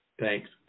Thanks